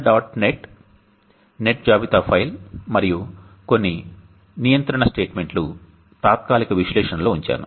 net net జాబితా file మరియు కొన్ని నియంత్రణ స్టేట్మెంట్లు తాత్కాలిక విశ్లేషణలో ఉంచాను